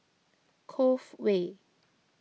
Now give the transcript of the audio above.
Cove Way